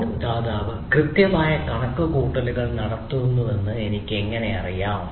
cloud ദാതാവ് കൃത്യമായി കണക്കുകൂട്ടലുകൾ നടത്തുന്നുവെന്ന് എനിക്ക് എങ്ങനെ അറിയാം